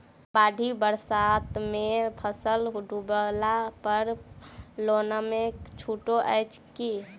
बाढ़ि बरसातमे फसल डुबला पर लोनमे छुटो अछि की